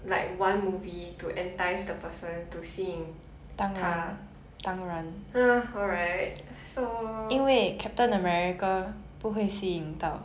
like one movie to entice the person to 吸引他 uh alright so